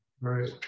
right